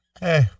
Hey